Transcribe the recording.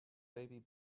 baby